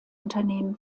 unternehmen